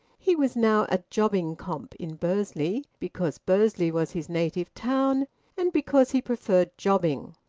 he was now a jobbing comp in bursley, because bursley was his native town and because he preferred jobbing.